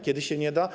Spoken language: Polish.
Kiedy się nie da?